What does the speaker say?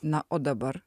na o dabar